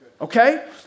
Okay